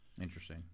interesting